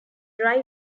dry